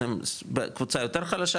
זו קבוצה יותר חלשה,